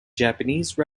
japanese